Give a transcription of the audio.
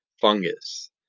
fungus